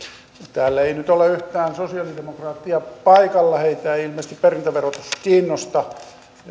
täällä ei nyt ole yhtään sosialidemokraattia paikalla heitä ei ilmeisesti perintöverotus kiinnosta he